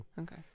Okay